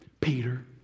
Peter